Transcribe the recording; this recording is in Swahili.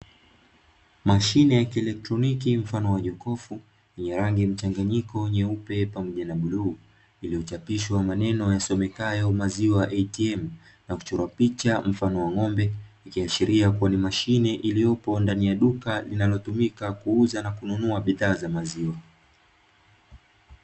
Mashine ya kielektroniki mfano wa jokofu yenye rangi mchanyanyiko wa nyeupe na bluu, iliyo chapishwa maneno ya somekayo "maziwa ATM" na kuchorwa picha mfano wa ng'ombe, ikiashiria lipo katika duka linalojihusisha katika kuuza na kununua bifhaa za maziwa.